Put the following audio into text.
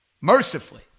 mercifully